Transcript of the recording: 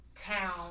town